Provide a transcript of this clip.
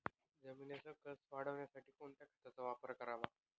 जमिनीचा कसं वाढवण्यासाठी कोणत्या खताचा वापर करावा?